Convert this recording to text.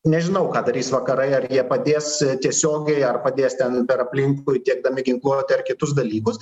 nežinau ką darys vakarai ar jie padės tiesiogiai ar padės ten per aplinkui tiekdami ginkluotę ar kitus dalykus